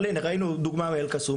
אבל הנה ראינו דוגמה מאל-קסום,